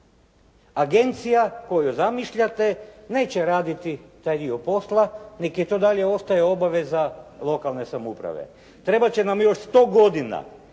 Agencija koju zamišljate neće raditi taj dio posla, nego to i dalje ostaje obaveza lokalne samouprave. Trebat će nam još 100 godina